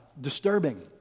disturbing